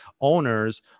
owners